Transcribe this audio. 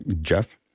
Jeff